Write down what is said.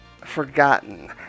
forgotten